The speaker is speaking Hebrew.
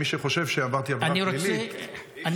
מי שחושב שעברתי עבירה פלילית --- אני